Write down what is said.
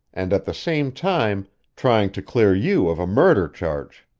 and at the same time trying to clear you of a murder charge.